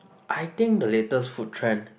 I think the latest food trend